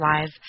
live